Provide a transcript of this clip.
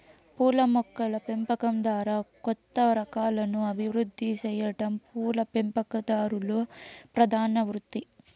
పూల మొక్కల పెంపకం ద్వారా కొత్త రకాలను అభివృద్ది సెయ్యటం పూల పెంపకందారుల ప్రధాన వృత్తి